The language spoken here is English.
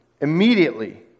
immediately